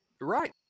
Right